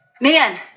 man